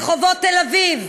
רחובות תל אביב,